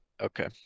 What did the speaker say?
Okay